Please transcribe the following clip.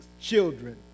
children